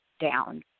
down